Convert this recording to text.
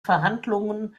verhandlungen